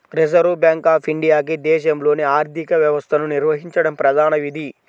reserve bank of ఇండియాకి దేశంలోని ఆర్థిక వ్యవస్థను నిర్వహించడం ప్రధాన విధి